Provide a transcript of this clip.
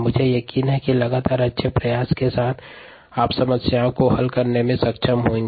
मुझे यकीन है कि लगातार अच्छे प्रयास के साथ आप समस्याओं को हल करने में सक्षम होंगे